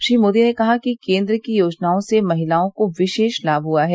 श्री मोदी ने कहा कि केन्द्र की योजनाओं से महिलाओं को विशेष लाभ प्राप्त हुआ है